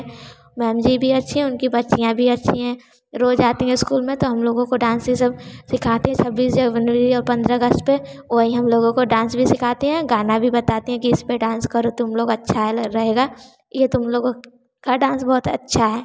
ma'am ji भी अच्छी हैं उनकी बच्चियाँ भी अच्छी हैं रोज़ आती हैं स्कूल में तो हम लोगों को डंसी सब सिखा कर छब्बीस जनवरी और पन्द्रह अगस्त पर वही हम लोगों को डांस भी सिखाती हैं गाना बी बताती हैं कि इस पर डांस करो तुम लोग अच्छा रहेगा यह तुम लोगों का डांस बहुत अच्छा है